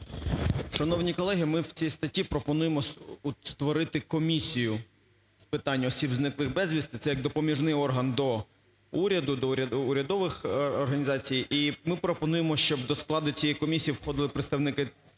Шановні колеги, ми в цій статті пропонуємо створити Комісію з питань осіб зниклих безвісти. Це як допоміжний орган до уряду, до урядових організацій. І ми пропонуємо, щоб до складу цієї комісії входили представники,